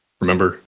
remember